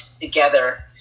together